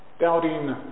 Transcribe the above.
doubting